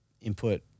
input